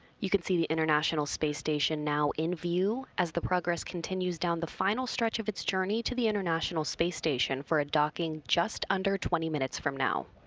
you can see the international space station now in view as the progress continues down the final stretch of its journey to the international space station for a docking just under twenty minutes from now.